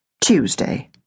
Tuesday